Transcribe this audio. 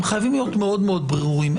הם חייבים להיות מאוד מאוד ברורים.